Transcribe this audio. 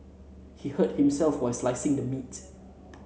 he hurt himself while slicing the meat